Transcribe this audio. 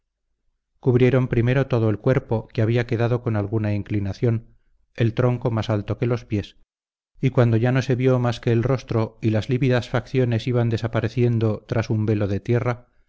cubrieron primero todo el cuerpo que había quedado con alguna inclinación el tronco más alto que los pies y cuando ya no se vio más que el rostro y las lívidas facciones iban desapareciendo tras un velo de tierra